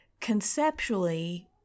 conceptually